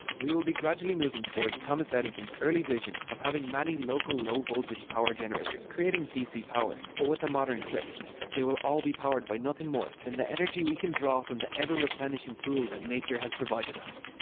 we will be gradually moving towards thomas edison's early vision of having many local low voltage power generators creating dc power, but with a modern twist. they will all be powered by nothing more than the energy we can draw from the ever replenishing pool that nature has provided us.